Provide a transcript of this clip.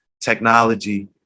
technology